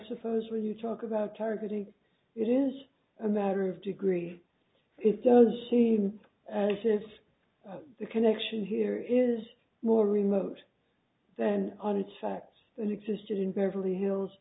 suppose when you talk about targeting it is a matter of degree it does he says the connection here is more remote than on its facts that existed in beverly hills